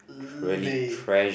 they